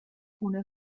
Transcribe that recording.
una